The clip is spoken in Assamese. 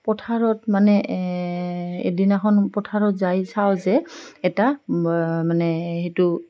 পথাৰত মানে এদিনাখন পথাৰত যাই চাওঁ যে এটা মানে সেইটো